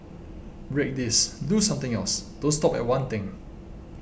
break this do something else don't stop at one thing